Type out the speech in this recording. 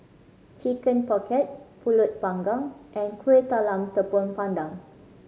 Chicken Pocket Pulut Panggang and Kueh Talam Tepong Pandan